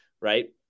right